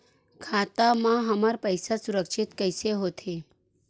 खाता मा हमर पईसा सुरक्षित कइसे हो थे?